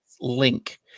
link